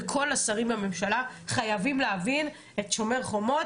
וכל השרים בממשלה חייבים להבין את שומר חומות.